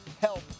help